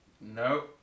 no